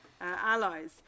allies